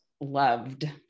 loved